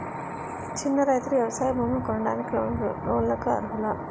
చిన్న రైతులు వ్యవసాయ భూములు కొనడానికి లోన్ లకు అర్హులా?